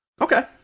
Okay